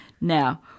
Now